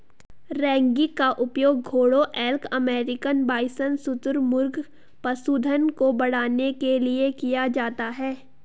ranking का उपयोग घोड़ों एल्क अमेरिकन बाइसन शुतुरमुर्ग पशुधन को बढ़ाने के लिए किया जाता है